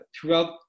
throughout